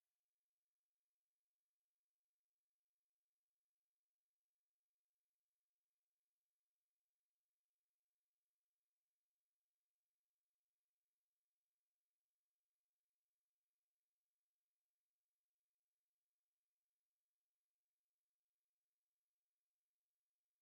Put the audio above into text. Inzu icururizwamo imiti y'uwitwa siliveri isize amarangi y'umweru